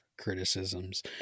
criticisms